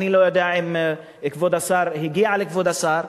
ואני לא יודע אם היא הגיעה לכבוד השר,